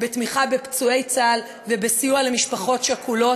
בתמיכה בפצועי צה"ל ובסיוע למשפחות שכולות,